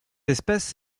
espèce